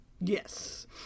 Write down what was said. yes